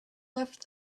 left